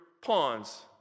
pawns